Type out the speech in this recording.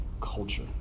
culture